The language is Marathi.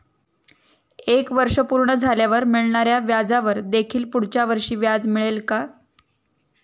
एक वर्ष पूर्ण झाल्यावर मिळणाऱ्या व्याजावर देखील पुढच्या वर्षी व्याज मिळेल का?